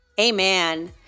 Amen